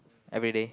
everyday